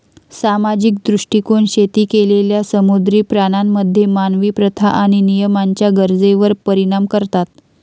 सामाजिक दृष्टीकोन शेती केलेल्या समुद्री प्राण्यांमध्ये मानवी प्रथा आणि नियमांच्या गरजेवर परिणाम करतात